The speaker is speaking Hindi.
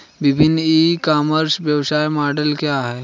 विभिन्न ई कॉमर्स व्यवसाय मॉडल क्या हैं?